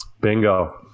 Bingo